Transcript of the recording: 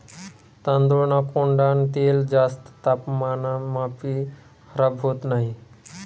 तांदूळना कोंडान तेल जास्त तापमानमाभी खराब होत नही